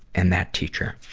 and that teacher.